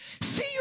see